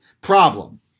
Problem